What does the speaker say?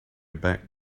back